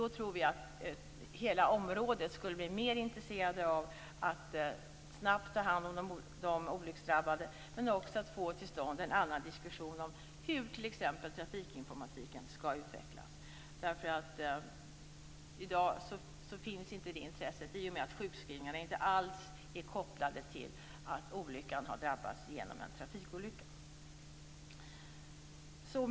Vi tror att hela området då skulle bli mer intresserat av att snabbt ta hand om de olycksdrabbade men också få till stånd en annan diskussion om hur t.ex. trafikinformatiken skall utvecklas. I dag finns inte det intresset, i och med att sjukskrivningarna inte alls är kopplade till att en olycka har skett genom en trafikolycka.